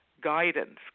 guidance